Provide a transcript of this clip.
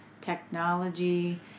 technology